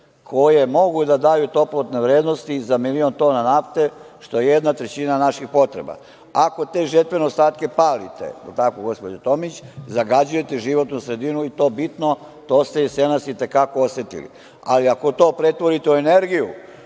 koje mogu da daju toplotne vrednosti za milion tona nafte, što je jedna trećina naših potreba. Ako te žetvene ostatke palite, da li je tako, gospođo Tomić, zagađujete životnu sredinu i to bitno, to ste jesenas i te kako osetili, ali ako to pretvorite u energiju